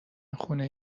خونه